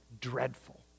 dreadful